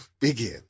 begin